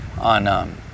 on